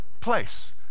place